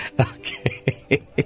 Okay